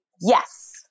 yes